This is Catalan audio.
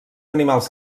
animals